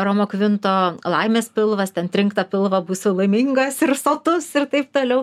romo kvinto laimės pilvas ten trink tą pilvą būsi laimingas ir sotus ir taip toliau